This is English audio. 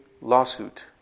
lawsuit